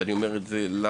אני אומר את זה לך,